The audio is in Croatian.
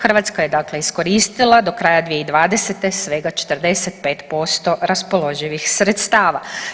Hrvatska je dakle iskoristila do kraja 2020. svega 45% raspoloživih sredstava.